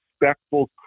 respectful